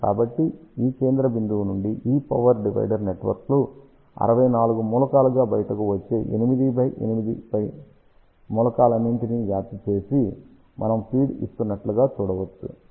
కాబట్టి ఈ కేంద్ర బిందువు నుండి ఈ పవర్ డివైడర్ నెట్వర్క్లు 64 మూలకాలుగా బయటకు వచ్చే 8 బై 8 మూలకాలన్నింటినీ వ్యాప్తి చేసి మనము ఫీడ్ ఇస్తున్నట్లు గా చూడవచ్చు